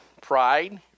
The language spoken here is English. pride